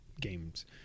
games